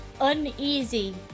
uneasy